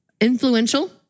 influential